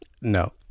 No